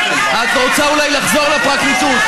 את רוצה אולי לחזור לפרקליטות.